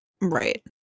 Right